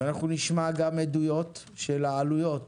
אנחנו נשמע גם עדויות של העלויות